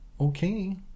Okay